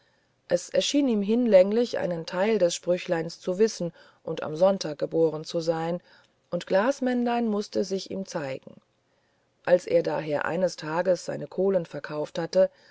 es schien ihm hinlänglich einen teil des sprüchleins zu wissen und am sonntag geboren zu sein und glasmännlein mußte sich ihm zeigen als er daher eines tages seine kohlen verkauft hatte